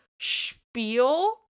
spiel